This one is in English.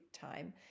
time